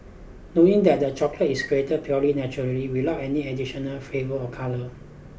knowing that the chocolate is created purely naturally without any additional flavour or colour